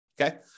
okay